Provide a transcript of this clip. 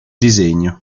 disegno